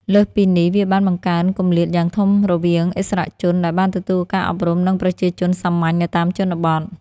លើសពីនេះ វាបានបង្កើនគម្លាតយ៉ាងធំរវាងឥស្សរជនដែលបានទទួលការអប់រំ និងប្រជាជនសាមញ្ញនៅតាមជនបទ។